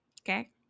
Okay